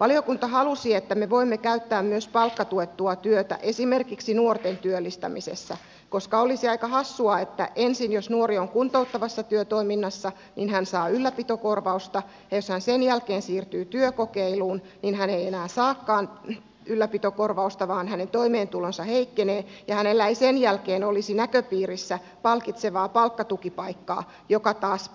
valiokunta halusi että me voimme käyttää myös palkkatuettua työtä esimerkiksi nuorten työllistämisessä koska olisi aika hassua että ensin jos nuori on kuntouttavassa työtoiminnassa hän saa ylläpitokorvausta ja jos hän sen jälkeen siirtyy työkokeiluun niin hän ei enää saakaan ylläpitokorvausta vaan hänen toimentulonsa heikkenee ja hänellä ei sen jälkeen olisi näköpiirissä palkitsevaa palkkatukipaikkaa joka taas